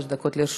שלוש דקות לרשותך.